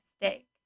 mistake